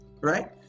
right